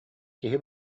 киһи